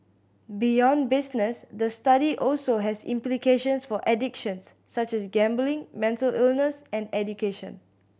beyond business the study also has implications for addictions such as gambling mental illness and education